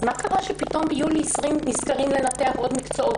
אז מה קרה שפתאום ביולי 2020 נזכרים לנתח עוד מקצועות?